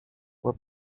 what